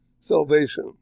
salvation